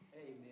Amen